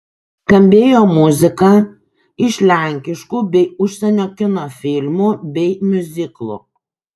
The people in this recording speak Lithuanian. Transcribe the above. skambėjo muzika iš lenkiškų bei užsienio kino filmų bei miuziklų